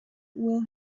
will